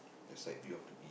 the side view of the be~